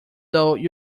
though